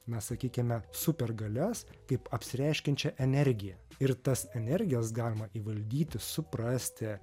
na sakykime supergalias kaip apsireiškiančia energija ir tas energijas galima įvaldyti suprasti